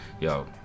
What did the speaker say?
yo